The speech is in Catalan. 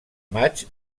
maig